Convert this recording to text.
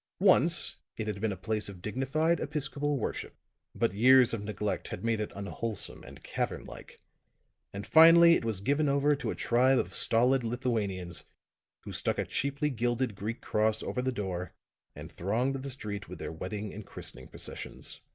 once it had been a place of dignified episcopal worship but years of neglect had made it unwholesome and cavern-like and finally it was given over to a tribe of stolid lithuanians who stuck a cheaply gilded greek cross over the door and thronged the street with their wedding and christening processions.